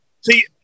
see